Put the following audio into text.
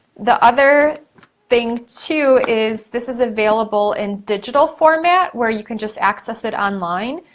the other thing too is this is available in digital format, where you can just access it online,